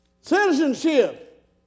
Citizenship